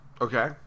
okay